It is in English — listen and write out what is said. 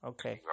Okay